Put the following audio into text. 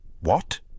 What